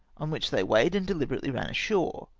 on which they weighed and dehberately ran ashore.